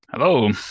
Hello